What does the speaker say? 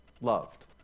loved